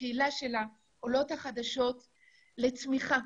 בקהילה של העולות החדשות שזקוקות לתמיכה